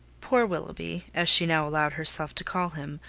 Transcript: poor willoughby, as she now allowed herself to call him,